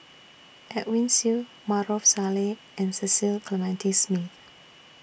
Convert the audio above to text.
Edwin Siew Maarof Salleh and Cecil Clementi Smith